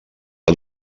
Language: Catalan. que